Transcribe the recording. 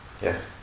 Yes